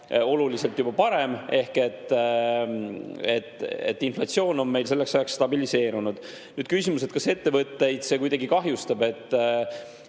oluliselt parem. Ehk et inflatsioon on meil selleks ajaks stabiliseerunud. Nüüd küsimus, kas see ettevõtteid kuidagi kahjustab.